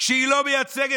כשהיא לא מייצגת,